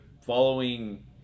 following